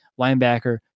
linebacker